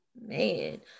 Man